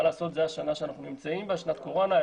מה לעשות, זאת השנה שאנחנו נמצאים בה, שנת קורונה.